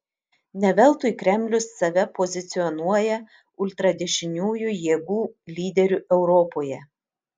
ne veltui kremlius save pozicionuoja ultradešiniųjų jėgų lyderiu europoje